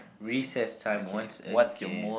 recess time once again